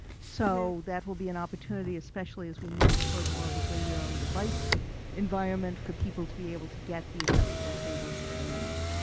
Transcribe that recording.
so that will be an opportunity especially as we move toward more of a bring your own device environment for people to be able to get the adjustable tables that they need.